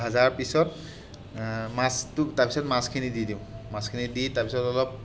ভাজাৰ পাছত মাছটো তাৰপিছত মাছখিনি দি দিওঁ মাছখিনি দি তাৰপিছত অলপ